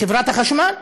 חברת החשמל,